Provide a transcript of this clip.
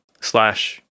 slash